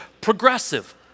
progressive